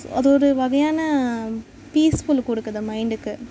அது ஒரு வகையான பீஸ்ஃபுல்லு கொடுக்குது மைண்டுக்கு